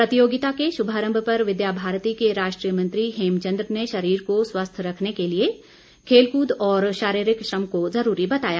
प्रतियोगिता के शुभारम्म पर विद्या भारती के राष्ट्रीय मंत्री हेमचंद्र ने शरीर को स्वस्थ रखने के लिए खेलकृद और शारीरिक श्रम को ज़रूरी बताया